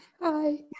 Hi